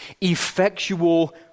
effectual